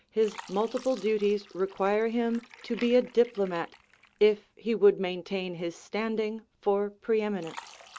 his multiple duties require him to be a diplomat if he would maintain his standing for preeminence.